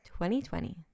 2020